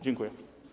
Dziękuję.